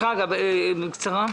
שרגא ברוש, בקצרה.